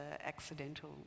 Accidental